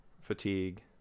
fatigue